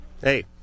Hey